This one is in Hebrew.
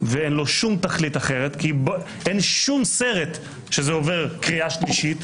ואין לו שום תכלית אחרת כי אין שום סרט שזה עובר קריאה שלישית,